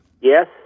Yes